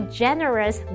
generous